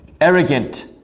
Arrogant